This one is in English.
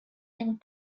and